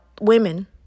women